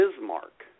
Bismarck